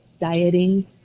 dieting